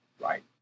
right